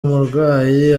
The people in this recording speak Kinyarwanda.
umurwayi